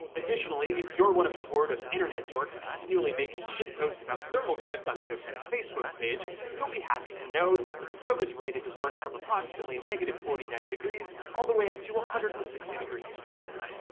additionally, if you're one of the horde of internet dorks continually making shit posts about thermal drift on eo tech's facebook page, you'll be happy to know that the pro is rated to work from approximately negative forty nine degrees all the way up to one ah hundred and sixty degrees fahrenheit.